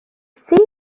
see